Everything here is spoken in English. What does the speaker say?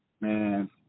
man